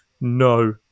no